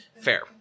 Fair